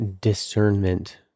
discernment